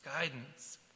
guidance